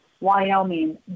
Wyoming